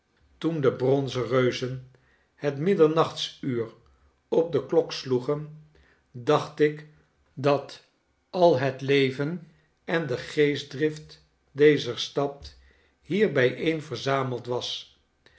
toen de bronzen reuzen het middernachtsuur op de klok sloegen dacht ik dat al het leven en de geestdrift dezer stad hier bijeenverzameld was